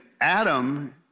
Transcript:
Adam